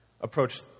approach